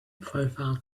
profile